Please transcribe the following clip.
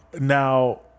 Now